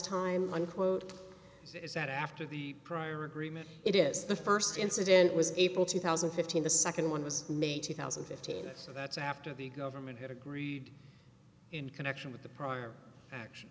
time unquote is that after the prior agreement it is the first incident was april two thousand and fifteen the second one was may two thousand and fifteen so that's after the government had agreed in connection with the prior action